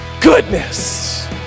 goodness